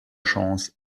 chance